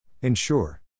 Ensure